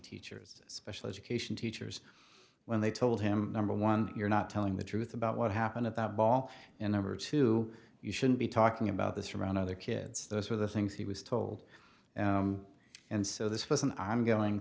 teachers special education teachers when they told him number one you're not telling the truth about what happened at the ball and over to you shouldn't be talking about this around other kids those were the things he was told and so this was an ongoing